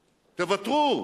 תוותרו.